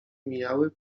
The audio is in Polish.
mijały